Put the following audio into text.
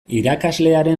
irakaslearen